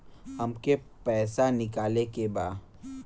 हमके पैसा निकाले के बा